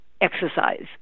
exercise